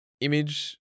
image